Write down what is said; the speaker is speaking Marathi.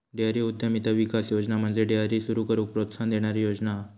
डेअरी उद्यमिता विकास योजना म्हणजे डेअरी सुरू करूक प्रोत्साहन देणारी योजना हा